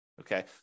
okay